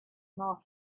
more